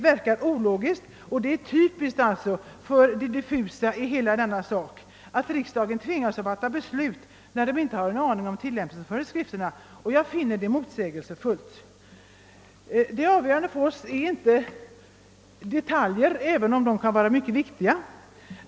Hela saken är diffus och ändå skall riksdagen tvingas att fatta beslut utan att ha en aning om tillämpningsföreskrifterna. Jag finner detta motsägelsefullt. Detaljer är ingalunda avgörande för oss, även om sådana kan vara mycket viktiga.